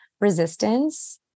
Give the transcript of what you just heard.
resistance